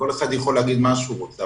כל אחד יכול להגיד מה שהוא רוצה.